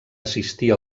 assistir